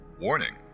Warning